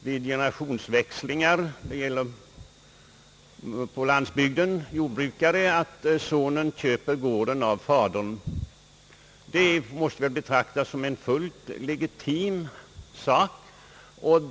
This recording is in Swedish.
Vid generationsväxlingar på landsbygden kan det ju hända att sonen köper en gård av fadern, och det måste väl betraktas såsom en fullt legitim affär.